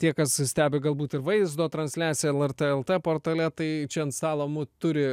tie kas stebi galbūt ir vaizdo transliaciją lrt lt portale tai čia ant stalo mu turi